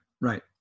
right